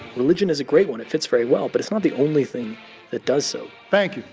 religion is a great one. it fits very well. but it's not the only thing that does so thank you.